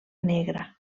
negra